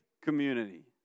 community